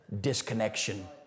Disconnection